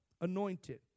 anointed